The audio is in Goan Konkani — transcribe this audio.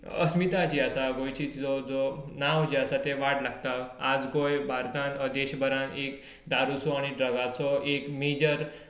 अस्मिताय जी आसा गोंयची जो जो नांव जें आसा तेंं वाट लागता आयज गोंय भारतांत देशभरांत एक आनी जगाचो एक मेजर